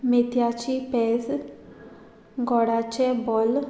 मेथयाची पेज गोडाचे बॉल